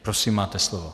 Prosím, máte slovo.